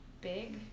Big